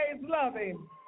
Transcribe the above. loving